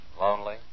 Lonely